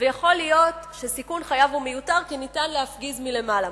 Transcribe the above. ויכול להיות שסיכון חייו הוא מיותר כי ניתן להפגיז מלמעלה,